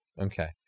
Okay